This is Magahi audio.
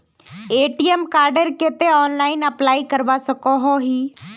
ए.टी.एम कार्डेर केते ऑनलाइन अप्लाई करवा सकोहो ही?